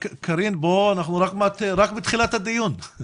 קארין, אנחנו רק בתחילת הדיון.